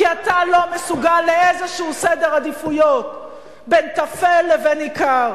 כי אתה לא מסוגל לאיזה סדר עדיפויות בין טפל לבין עיקר.